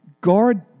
Guard